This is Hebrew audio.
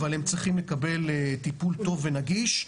אבל הם צריכים לקבל טיפול טוב ונגיש.